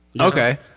okay